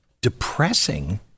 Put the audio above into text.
Depressing